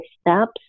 steps